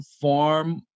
form